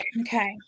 okay